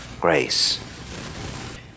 grace